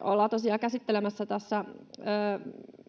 Ollaan tosiaan käsittelemässä